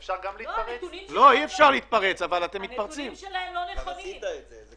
ההחלטה שכרגע התקבלה הייתה בהתבסס על זה שהיום